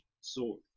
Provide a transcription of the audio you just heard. sword